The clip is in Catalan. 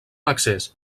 accés